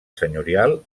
senyorial